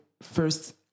first